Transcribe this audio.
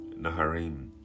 Naharim